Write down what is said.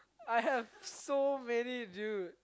I have so many dude